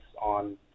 on